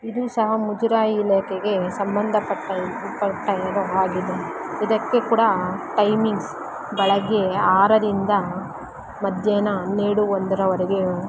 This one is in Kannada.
ಇದೂ ಸಹ ಮುಜರಾಯಿ ಇಲಾಖೆಗೆ ಸಂಬಂಧಪಟ್ಟ ಪಟ್ಟಿರು ಹಾಗಿದೆ ಇದಕ್ಕೂ ಕೂಡ ಟೈಮಿಂಗ್ಸ್ ಬೆಳಗ್ಗೆ ಆರರಿಂದ ಮಧ್ಯಾಹ್ನ ಹನ್ನೆರಡೂ ಒಂದರವರೆಗೆ